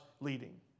leading